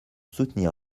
soutenir